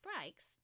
breaks